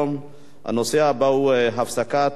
הנושא הבא הוא: הפסקות חשמל